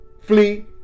Flee